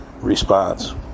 response